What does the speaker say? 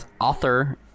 author